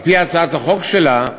על-פי הצעת החוק שלה,